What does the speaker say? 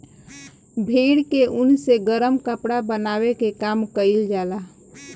भेड़ के ऊन से गरम कपड़ा बनावे के काम कईल जाला